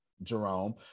jerome